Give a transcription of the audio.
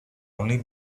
only